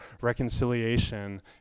Reconciliation